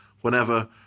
whenever